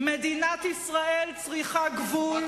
העם הזה הצביע, אתם